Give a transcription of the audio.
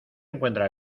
encuentra